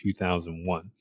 2001